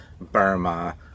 Burma